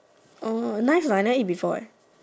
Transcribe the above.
oh nice or not I never eat before eh